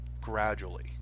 gradually